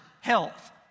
health